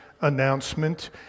announcement